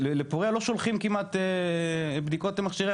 לפוריה לא שולחים כמעט בדיקות במכשירי